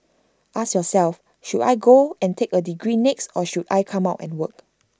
ask yourself should I go and take A degree next or should I come out and work